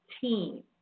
team